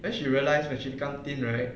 then she realised when she become thin right